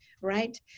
right